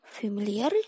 familiar